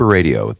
Radio